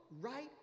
right